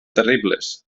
terribles